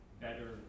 better